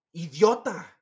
Idiota